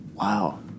Wow